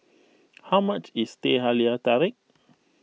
how much is Teh Halia Tarik